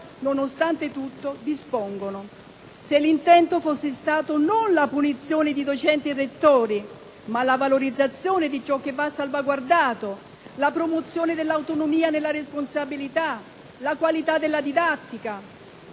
nonostante tutto, dispongono; se l'intento fosse stato non la punizione di docenti e rettori, ma la valorizzazione di ciò che va salvaguardato, la promozione dell'autonomia nella responsabilità, la qualità della didattica,